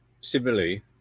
similarly